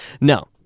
No